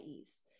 ease